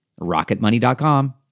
rocketmoney.com